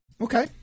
Okay